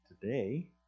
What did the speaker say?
today